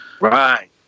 Right